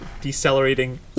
decelerating